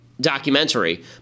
documentary